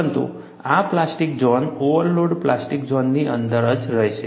પરંતુ આ plastic zone overload plastic ઝોનની અંદર જ રહેશે